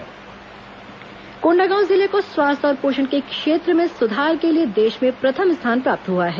कोंडागांव पुरस्कार कोण्डागांव जिले को स्वास्थ्य और पोषण के क्षेत्र में सुधार के लिए देश में प्रथम स्थान प्राप्त हुआ है